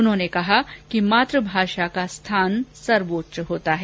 उन्होंने कहा कि मातभाषा का स्थान सर्वोच्च होता है